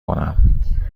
کنم